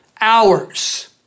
hours